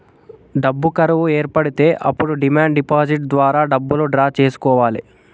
డబ్బు కరువు ఏర్పడితే అప్పుడు డిమాండ్ డిపాజిట్ ద్వారా డబ్బులు డ్రా చేసుకోవాలె